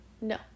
no